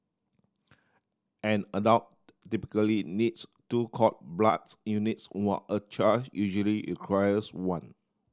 an adult typically needs two cord bloods units while a child usually requires one